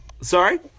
Sorry